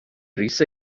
brys